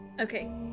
Okay